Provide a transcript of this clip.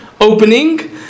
opening